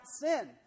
sin